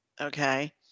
okay